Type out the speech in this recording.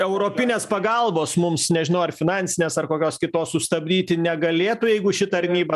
europinės pagalbos mums nežinau ar finansinės ar kokios kitos sustabdyti negalėtų jeigu ši tarnyba